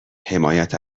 حمایت